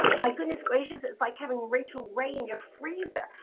my goodness gracious, it's like having rachel ray in your freezer.